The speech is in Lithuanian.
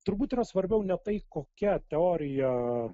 turbūt yra svarbiau ne tai kokia teorija